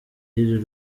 y’iri